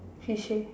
fishy